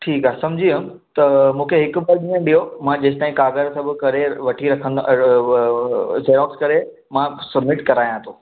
ठीकु आहे समुझी वियुमि त मूंखे हिकु ॿ ॾींहुं ॾियो मां जेसिताईं कागरु सभु करे वठी रखंदुमि जिरोक्स करे मां सब्मिट करायां थो